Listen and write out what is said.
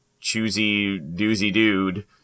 choosy-doozy-dude